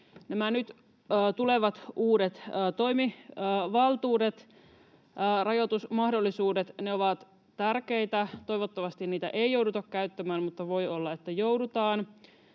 Nämä nyt tulevat uudet toimivaltuudet, rajoitusmahdollisuudet, ovat tärkeitä. Toivottavasti niitä ei jouduta käyttämään, mutta voi olla, että joudutaan.